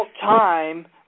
time